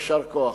יישר כוח.